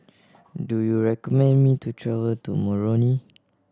do you recommend me to travel to Moroni